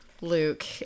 luke